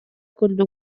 курдук